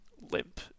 limp